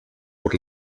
por